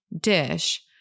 dish